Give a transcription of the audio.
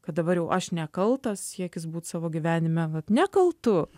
kad dabar jau aš nekaltas siekis būt savo gyvenime vat nekaltu